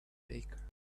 baker